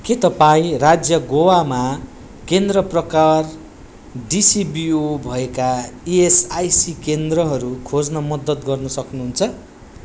के तपाईँ राज्य गोवामा केन्द्र प्रकार डिसिबिओ भएका इएसआइसी केन्द्रहरू खोज्न मद्दत गर्न सक्नुहुन्छ